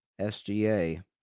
SGA